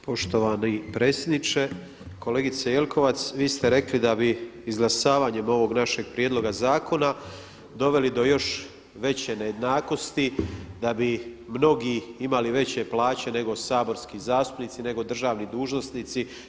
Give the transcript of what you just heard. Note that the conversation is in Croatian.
Poštovani predsjedniče, kolegice Jelkovac vi ste rekli da bi izglasavanjem ovog našeg prijedloga zakona doveli do još veće nejednakosti, da bi mnogi imali veće plaće nego saborski zastupnici, nego državni dužnosnici.